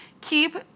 keep